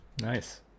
nice